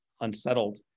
unsettled